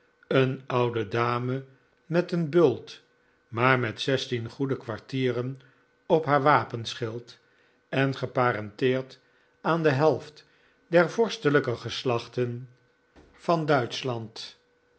een oude dame met een bult maar met zestien goede kwartieren op haar wapenschild en geparenteerd aan de helft der vorstelijke geslachten van duitschland